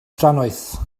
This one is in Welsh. drannoeth